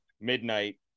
midnight